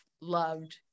loved